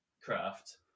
craft